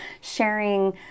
sharing